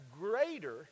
greater